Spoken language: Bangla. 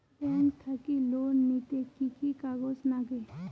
ব্যাংক থাকি লোন নিতে কি কি কাগজ নাগে?